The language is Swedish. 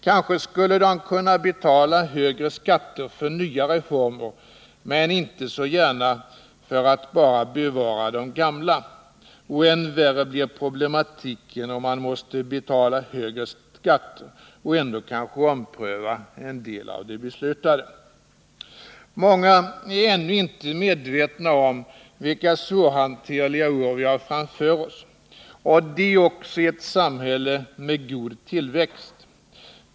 Kanske skulle de kunna betala högre skatter för nya reformer men inte så gärna för att bara bevara de gamla. Än värre blir problematiken, om man måste betala högre skatter och kanske ändå ompröva en del av de beslutade. Många är ännu inte medvetna om vilka svårhanterliga år vi har framför oss, och detta också i ett samhälle med god tillväxt.